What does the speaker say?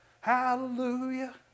Hallelujah